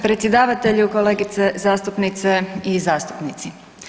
Predsjedavatelju, kolegice zastupnice i zastupnici.